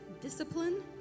discipline